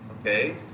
okay